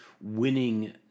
winning